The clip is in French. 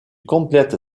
complète